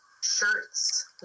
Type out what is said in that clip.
shirts